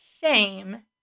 shame